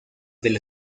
del